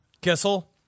Kissel